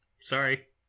sorry